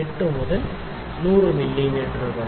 80 മുതൽ 100 മില്ലീമീറ്റർ വരെ